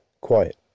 quiet